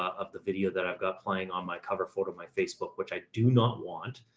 of the video that i've got playing on my cover photo, my facebook, which i do not want.